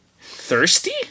Thirsty